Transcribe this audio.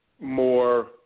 more